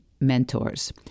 mentors